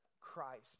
Christ